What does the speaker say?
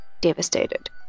devastated